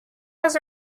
was